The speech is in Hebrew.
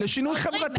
לשינוי חברתי.